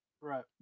Right